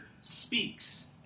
speaks